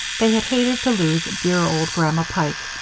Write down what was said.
they had hated to lose dear old grandma pike,